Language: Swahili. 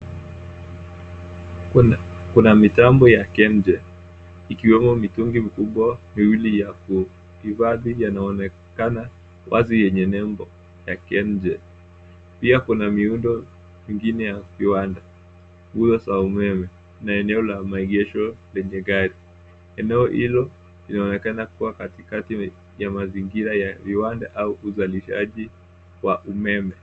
Kuna mitambo ya KenGenikiwemo mitungi mikubwa miwili ya kuhifadhi yanaonekana wazi yenye nembo ya KenGen. Pia kuna miundo mingine ya viwanda, nguzo za umeme, na eneo la maegesho lenye gari. Eneo hilo linaonekana kuwa katikati ya mazingira ya viwanda au uzalishaji wa umeme.